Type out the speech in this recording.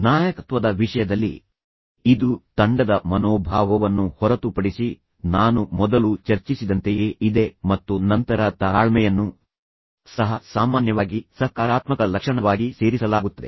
ನಾಯಕತ್ವದ ವಿಷಯದಲ್ಲಿ ಇದು ತಂಡದ ಮನೋಭಾವವನ್ನು ಹೊರತುಪಡಿಸಿ ನಾನು ಮೊದಲು ಚರ್ಚಿಸಿದಂತೆಯೇ ಇದೆ ಮತ್ತು ನಂತರ ತಾಳ್ಮೆಯನ್ನು ಸಹ ಸಾಮಾನ್ಯವಾಗಿ ಸಕಾರಾತ್ಮಕ ಲಕ್ಷಣವಾಗಿ ಸೇರಿಸಲಾಗುತ್ತದೆ